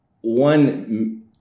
one